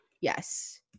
Yes